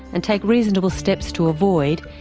and take reasonable steps to avoid,